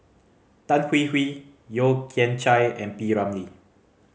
Tan Hwee Hwee Yeo Kian Chai and P Ramlee